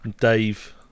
Dave